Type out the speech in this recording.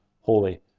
Holy